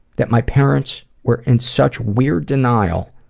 that my parents, were in such weird denial,